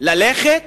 ללכת